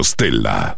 Stella